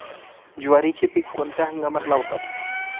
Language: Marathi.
ज्वारीचे पीक कोणत्या हंगामात लावतात?